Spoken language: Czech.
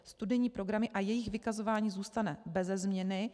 Studijní programy a jejich vykazování zůstane beze změny.